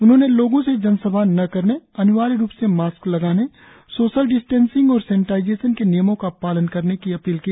उन्होंने लोगों से जनसभा न करने अनिवार्य रुप से मास्क लगाने सोशल डिस्टेंशिंग और सेनेटाइजेशन के नियमों का पालन करने की अपील की